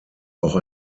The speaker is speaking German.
auch